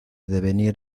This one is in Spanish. devenir